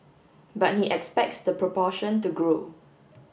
but he expects the proportion to grow